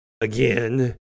again